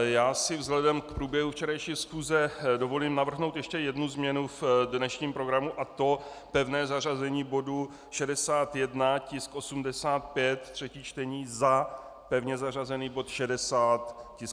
Já si vzhledem k průběhu včerejší schůze dovolím navrhnout ještě jednu změnu v dnešním programu, a to pevné zařazení bodu 61, tisk 85, třetí čtení, za pevně zařazený bod 6|0, tisk 84.